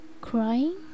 crying